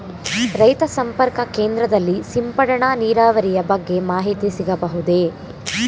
ರೈತ ಸಂಪರ್ಕ ಕೇಂದ್ರದಲ್ಲಿ ಸಿಂಪಡಣಾ ನೀರಾವರಿಯ ಬಗ್ಗೆ ಮಾಹಿತಿ ಸಿಗಬಹುದೇ?